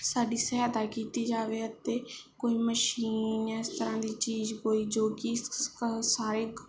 ਸਾਡੀ ਸਹਾਇਤਾ ਕੀਤੀ ਜਾਵੇ ਅਤੇ ਕੋਈ ਮਸ਼ੀਨ ਜਾਂ ਇਸ ਤਰ੍ਹਾਂ ਦੀ ਚੀਜ਼ ਕੋਈ ਜੋ ਕਿ ਸਾਰੇ